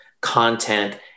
content